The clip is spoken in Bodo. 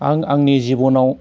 आं आंनि जिबनाव